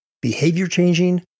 behavior-changing